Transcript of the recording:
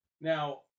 Now